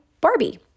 Barbie